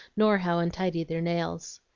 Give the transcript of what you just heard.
nor how untidy their nails.